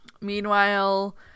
meanwhile